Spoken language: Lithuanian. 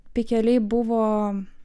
pikeliai buvo